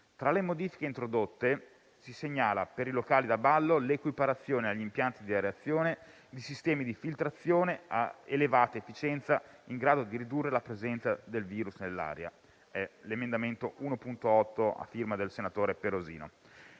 Tra le modifiche introdotte si segnala, per i locali da ballo, l'equiparazione agli impianti di areazione di sistemi di filtrazione a elevata efficienza in grado di ridurre la presenza del virus nell'aria (con l'emendamento 1.8 a firma del senatore Perosino).